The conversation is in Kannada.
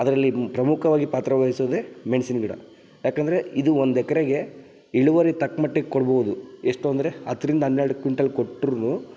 ಅದರಲ್ಲಿ ಪ್ರಮುಖವಾಗಿ ಪಾತ್ರವಹಿಸೋದೇ ಮೆಣ್ಸಿನ ಗಿಡ ಏಕಂದ್ರೆ ಇದು ಒಂದು ಎಕ್ರೆಗೆ ಇಳುವರಿ ತಕ್ಕ ಮಟ್ಟಿಗೆ ಕೊಡ್ಬೋದು ಎಷ್ಟಂದ್ರೆ ಹತ್ರಿಂದ ಹನ್ನೆರಡು ಕ್ವಿಂಟಲ್ ಕೊಟ್ರೂ